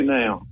now